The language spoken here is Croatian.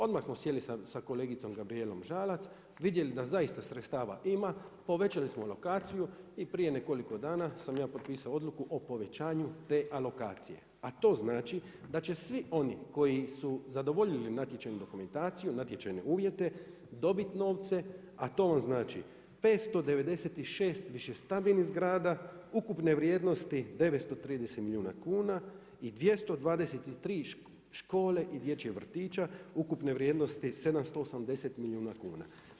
Odmah smo sjeli sa kolegicom Gabrijelom Žalac, vidjeli da zaista sredstava ima, povećali smo lokaciju i prije nekoliko dana sam ja potpisao Odluku o povećanju te alokacije, a to znači da će svi oni koji su zadovoljili natječajnu dokumentaciju, natječajne uvjete dobit novce, a to vam znači 596 više stambenih zgrada ukupne vrijednosti 930 milijuna kuna i 223 škole i dječjih vrtića ukupne vrijednosti 780 milijuna kuna.